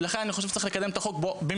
ולכן אני חושב שצריך לקדם את החוק במהירות,